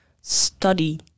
study